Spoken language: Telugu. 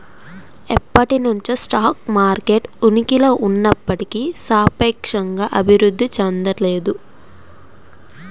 ఎప్పటినుంచో స్టాక్ మార్కెట్ ఉనికిలో ఉన్నప్పటికీ సాపేక్షంగా అభివృద్ధి చెందలేదు